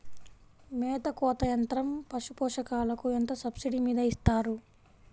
మేత కోత యంత్రం పశుపోషకాలకు ఎంత సబ్సిడీ మీద ఇస్తారు?